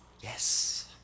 Yes